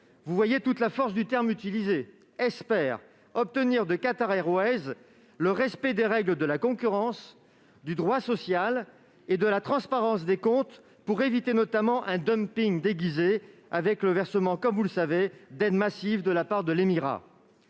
vous mesurez la force du terme utilisé -obtenir de Qatar Airways le respect des règles de la concurrence, du droit social et de la transparence des comptes pour éviter notamment un dumping déguisé et le versement d'aides massives de la part de l'émirat.